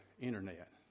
internet